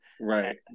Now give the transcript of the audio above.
right